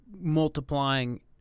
multiplying